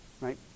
Right